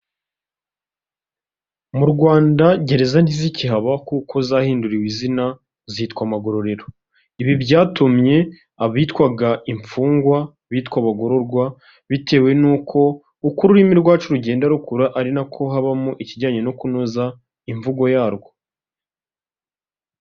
Mu Rwanda gereza ntizikihaba kuko zahinduriwe izina zitwa amarorero, ibi byatumye abitwaga imfungwa bitwa abagororwa, bitewe n'uko uko ururimi rwacu rugenda rukura ari nako habamo ikijyanye no kunoza imvugo yarwo.